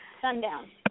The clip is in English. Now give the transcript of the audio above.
Sundown